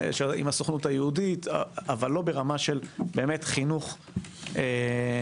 עם הסוכנות היהודית אבל לא ברמה של באמת חינוך ציוני,